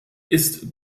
ist